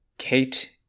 Kate